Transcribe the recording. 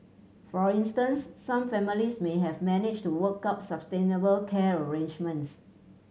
for instance some families may have managed to work out sustainable care arrangements